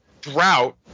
drought